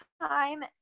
time